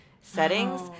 settings